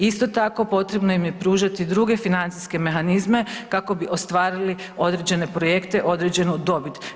Isto tako potrebno im je pružiti druge financijske mehanizme kako bi ostvarili određene projekte, određenu dobit.